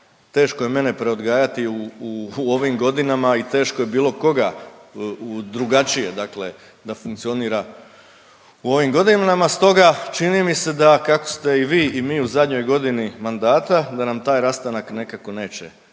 teško je mene preodgajati u ovim godinama i teško je bilo koga u drugačije dakle da funkcionira u ovim godinama. Stoga čini mi da kako ste i vi i mi u zadnjoj godini mandata da nam taj rastanak nekako neće